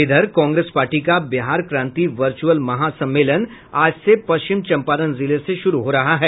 इधर कांग्रेस पार्टी का बिहार क्रांति वर्चअल महासम्मेलन आज से पश्चिम चम्पारण जिले से शुरू हो रहा है